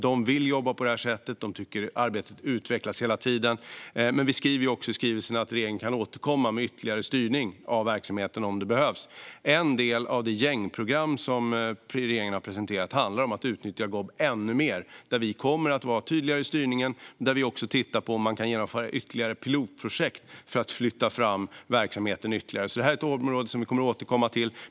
De vill jobba på det här sättet och tycker att arbetet hela tiden utvecklas. Men vi säger också i skrivelsen att regeringen kan återkomma med ytterligare styrning av verksamheten om det behövs. En del av det gängprogram som regeringen har presenterat handlar om att utnyttja GOB ännu mer. Vi kommer att vara tydligare i styrningen och titta på om man kan genomföra fler pilotprojekt för att flytta fram verksamheten ytterligare. Det här är ett område som vi kommer att återkomma till.